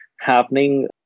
happening